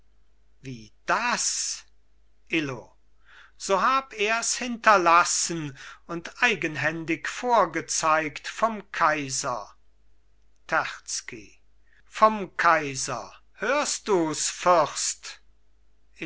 wie ist das illo so hab ers hinterlassen und eigenhändig vorgezeigt vom kaiser terzky vom kaiser hörst dus fürst